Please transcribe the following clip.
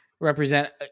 represent